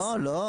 לא,